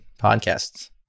podcasts